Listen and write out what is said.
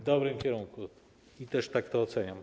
W dobrym kierunku, też tak to oceniam.